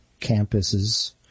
Campuses